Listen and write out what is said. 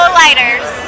lighters